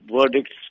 verdicts